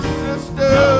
sister